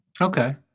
Okay